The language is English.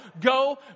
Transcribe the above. go